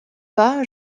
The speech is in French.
pas